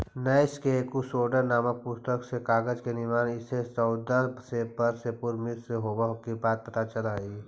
नैश के एकूसोड्स् नामक पुस्तक से कागज के निर्माण ईसा से चौदह सौ वर्ष पूर्व मिस्र में होवे के बात पता चलऽ हई